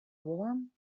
warm